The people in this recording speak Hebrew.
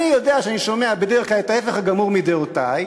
אני יודע שאני שומע בדרך כלל את ההפך הגמור מדעותי,